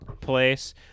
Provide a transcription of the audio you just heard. place